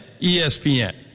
ESPN